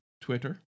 Twitter